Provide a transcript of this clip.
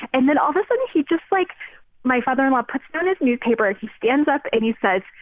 and then, all of a sudden, he just like my father-in-law puts down his newspaper. he stands up. and he says,